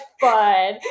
fun